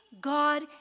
God